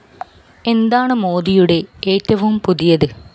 എന്താണ് മോദിയുടെ ഏറ്റവും പുതിയത്